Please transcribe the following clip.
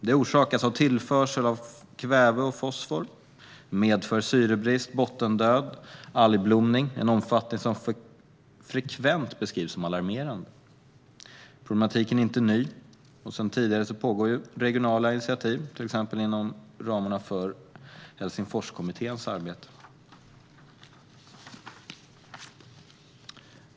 Det orsakas av tillförsel av kväve och fosfor och medför syrebrist, bottendöd och algblomning i en omfattning som frekvent beskrivs som alarmerande. Problematiken är inte ny, och sedan tidigare pågår regionala initiativ, till exempel inom ramarna för Helsingforskommitténs arbete.